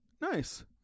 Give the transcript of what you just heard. Nice